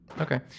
Okay